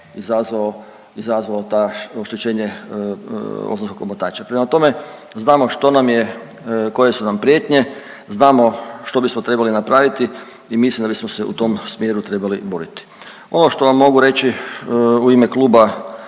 izazvao ta oštećenje ozonskog omotača. Prema tome, znamo što nam je, koje su nam prijetnje, znamo što bismo trebali napraviti i mislim da bismo se u tom smjeru trebali boriti. Ono što vam mogu reći u ime Kluba